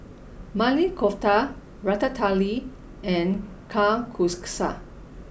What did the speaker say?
Maili Kofta Ratatouille and Kalguksu